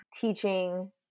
teaching